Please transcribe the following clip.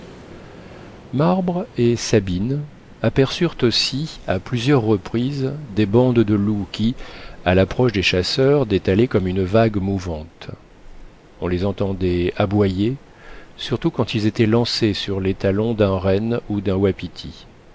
marbre et sabine aperçurent aussi à plusieurs reprises des bandes de loups qui à l'approche des chasseurs détalaient comme une vague mouvante on les entendait aboyer surtout quand ils étaient lancés sur les talons d'un renne ou d'un wapiti